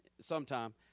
sometime